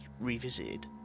revisited